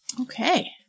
Okay